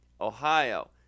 Ohio